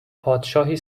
پادشاهی